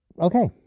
Okay